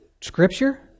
Scripture